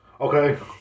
Okay